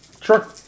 Sure